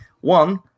one